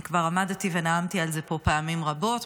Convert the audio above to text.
אני כבר עמדתי ונאמתי על זה פה פעמים רבות,